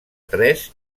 tres